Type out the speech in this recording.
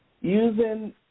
Using